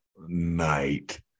night